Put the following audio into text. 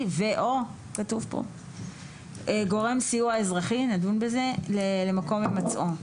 ו/או גורם סיוע אזרחי למקום הימצאו,